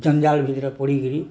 ଜଞ୍ଜାଳ ଭିତରେ ପଡ଼ିିକିରି